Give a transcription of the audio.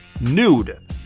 nude